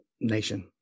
nation